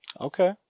Okay